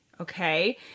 Okay